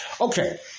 Okay